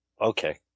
Okay